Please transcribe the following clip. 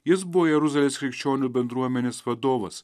jis buvo jeruzalės krikščionių bendruomenės vadovas